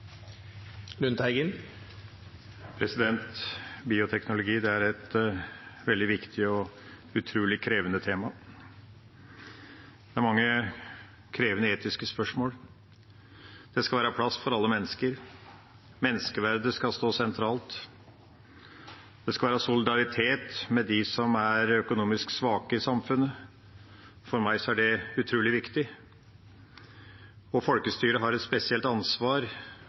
mange krevende etiske spørsmål. Det skal være plass for alle mennesker, menneskeverdet skal stå sentralt, og det skal være solidaritet med dem som er økonomisk svake i samfunnet. For meg er det utrolig viktig. Folkestyret har et spesielt ansvar